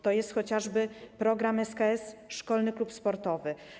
To jest chociażby program SKS - Szkolny Klub Sportowy.